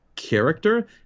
character